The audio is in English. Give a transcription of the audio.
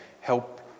help